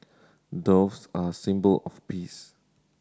doves are symbol of peace